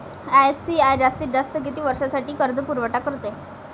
IFCI जास्तीत जास्त किती वर्षासाठी कर्जपुरवठा करते?